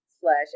slash